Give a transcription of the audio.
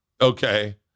okay